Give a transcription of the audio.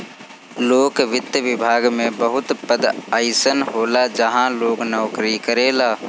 लोक वित्त विभाग में बहुत पद अइसन होला जहाँ लोग नोकरी करेला